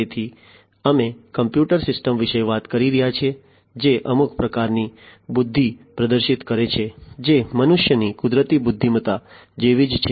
તેથી અમે computer systems વિશે વાત કરી રહ્યા છીએ જે અમુક પ્રકારની બુદ્ધિ પ્રદર્શિત કરે છે જે મનુષ્યની કુદરતી બુદ્ધિમત્તા જેવી જ છે